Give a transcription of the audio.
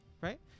right